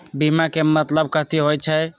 बीमा के मतलब कथी होई छई?